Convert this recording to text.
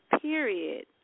period